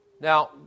Now